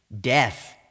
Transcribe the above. Death